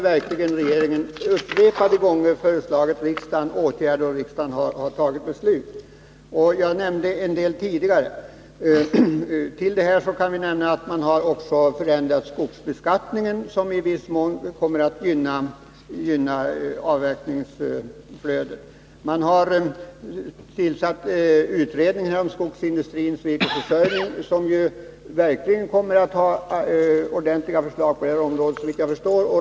I det avseendet har regeringen verkligen upprepade gånger föreslagit riksdagen åtgärder, och riksdagen har fattat beslut. Jag nämnde en del tidigare. Dessutom kan nämnas att också skogsbeskattningen har förändrats, något som i viss mån kommer att gynna avverkningsflödet. Man har tillsatt en utredning om skogsindustrins virkesförsörjning, som säkerligen kommer att lägga fram ordentliga förslag på detta område, såvitt jag förstår.